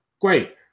Great